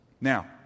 Now